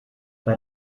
bei